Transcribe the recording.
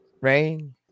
Rain